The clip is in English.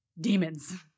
demons